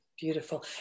Beautiful